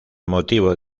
motivo